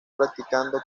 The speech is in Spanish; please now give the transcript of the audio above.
practicando